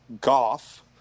Goff